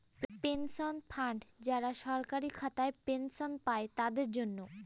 pension fund যারা সরকারি খাতায় পেনশন পাই তাদের জন্য